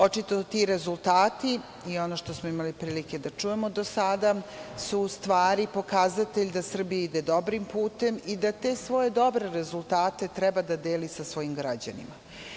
Očito ti rezultati i ono što smo imali prilike da čujemo do sada su u stvari pokazatelj da Srbija ide dobrim putem i da te svoje dobre rezultate treba da deli sa svojim građanima.